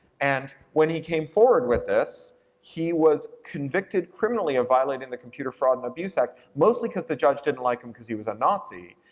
and when he came forward with this he was convicted criminally of violating the computer fraud and abuse act, mostly cause the judge didn't like him cause he was a nazi.